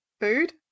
food